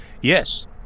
Yes